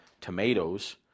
tomatoes